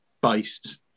based